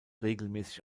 regelmäßig